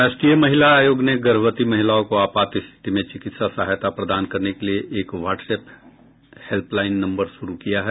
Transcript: राष्ट्रीय महिला आयोग ने गर्भवती महिलाओं को आपात रिथति में चिकित्सा सहायता प्रदान करने के लिए एक व्हाट्स एप हेल्पलाइन नंबर शुरू किया है